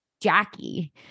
Jackie